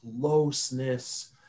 closeness